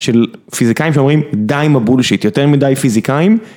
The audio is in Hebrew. של, פיזיקאים שאומרים: "די עם הבולשיט", יותר מדי פיזיקאים,